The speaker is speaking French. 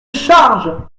charge